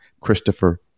Christopher